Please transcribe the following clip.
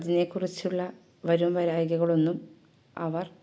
അതിനെക്കുറിച്ചുള്ള വരുംവരായികകളൊന്നും അവർ